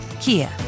Kia